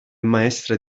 maestra